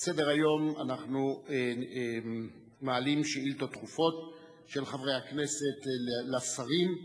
על סדר-היום אנחנו מעלים שאילתות דחופות של חברי הכנסת לשרים.